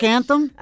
Anthem